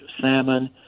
salmon